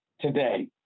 today